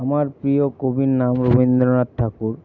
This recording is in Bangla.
আমার প্রিয় কবির নাম রবীন্দ্রনাথ ঠাকুর